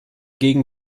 gegen